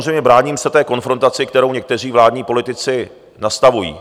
Samozřejmě bráním se té konfrontaci, kterou někteří vládní politici nastavují.